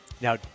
Now